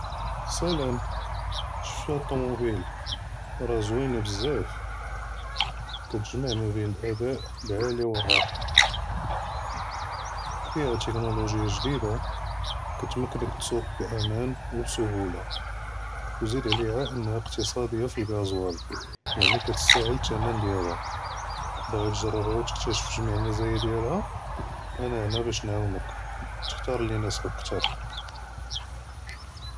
סְלָאם, שְׁפְתוּ הָאדּ אֶט־טוֹנוֹבִּיל רָאה זוּוִינָה בְּזָאפ, כְּתִגְ'מַע בֵּין אֶלְאַדָאאֶ אל־עָאלִי וְאֶלְרָאחַה, פִיהָא תֶכְנוֹלוֹגִיָּה גְ'דִידָה כְּתְמַכֶּנֶּכ תְּסוּק בִּאַמָאן וּסְהוּלָה, וְזִיד עָלִיהָ אַנַהָא אִקְתִצָאדִיָּה פִּי אֶלְעָאזְווָאל יַעְנִי כְּתִסְתָאהֶל אֶת־תְּמַן דִיַאלְהָא, בָּעְ'יִית תְּגַ'רִּבְּהָא וּתְכְּתַשֶׁף גְ'מִיע אֶלְמַזָאיָא דִיַאלְהָא, אַנָא הֲנָא בָּאש נְעָאוֶנְכ תְּכְּתָ'אר אֶלְלִי יְנָאסֶבֶּכ כְּתַר.